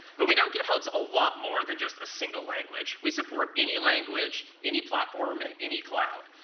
but we don't github's a lot more than just a single language. we support any language, any platform, and any cloud.